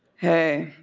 hey,